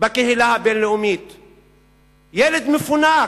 ילד מפונק.